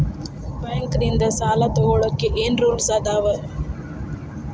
Bank ನಿಂದ್ ಸಾಲ ತೊಗೋಳಕ್ಕೆ ಏನ್ ರೂಲ್ಸ್ ಅದಾವ?